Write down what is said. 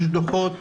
יש דוחות,